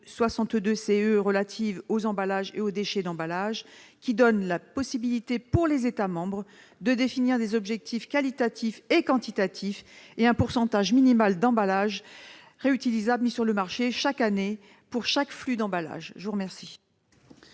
94/62/CE relative aux emballages et aux déchets d'emballages, qui donne la possibilité aux États membres de définir « des objectifs qualitatifs et quantitatifs » et « un pourcentage minimal d'emballages réutilisables mis sur le marché chaque année pour chaque flux d'emballages ». Quel